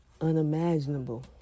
unimaginable